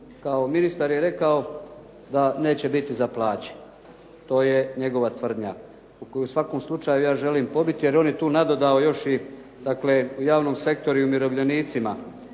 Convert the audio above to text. kao ministar je rekao da neće biti za plaće. To je njegova tvrdnja koju ja u svakom slučaju ja želim pobiti, jer on je tu nadodao još i dakle javnom sektoru i umirovljenicima.